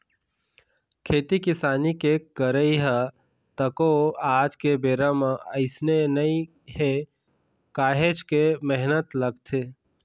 खेती किसानी के करई ह तको आज के बेरा म अइसने नइ हे काहेच के मेहनत लगथे